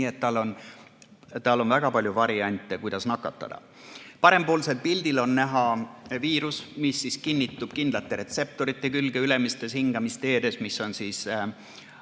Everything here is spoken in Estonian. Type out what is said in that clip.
et on väga palju variante, kuidas nakatuda. Parempoolsel pildil on näha viirus, mis kinnitub kindlate retseptorite külge ülemistes hingamisteedes. Need on ACE2